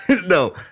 No